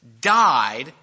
died